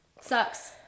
sucks